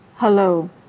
Hello